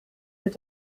mit